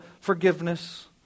forgiveness